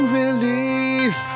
relief